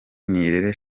nirere